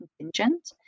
contingent